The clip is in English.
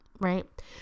right